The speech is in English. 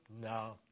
No